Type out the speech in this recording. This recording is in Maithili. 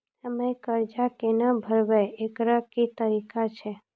हम्मय कर्जा केना भरबै, एकरऽ की तरीका छै?